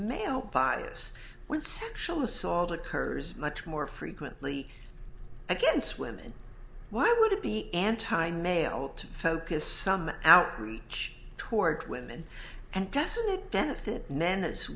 male bias with sexual assault occurs much more frequently against women why would it be anti male to focus some outreach toward women and doesn't it benefit men as